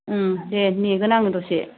देह नेगोन आं दसे